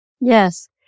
Yes